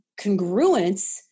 congruence